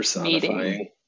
meeting